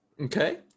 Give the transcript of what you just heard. Okay